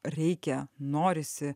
reikia norisi